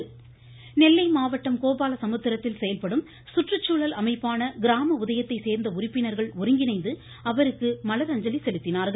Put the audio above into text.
விவேக் தொடர்ச்சி நெல்லை மாவட்டம் கோபாலசமுத்திரத்தில் செயல்படும் சுற்றுசூழல் அமைப்பான கிராம உதயத்தை சேர்ந்த உறுப்பினர்கள் ஒருங்கிணைந்து அவருக்கு மலர் அஞ்சலி செலுத்தினார்கள்